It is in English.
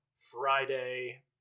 Friday